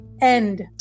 end